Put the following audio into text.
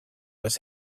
was